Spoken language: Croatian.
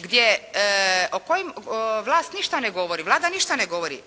gdje, o kojima vlast ništa ne govori. Vlada ništa ne govori.